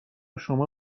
شما